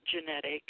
genetic